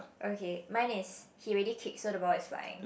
okay mine is he already kick so the ball is flying